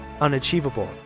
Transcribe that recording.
unachievable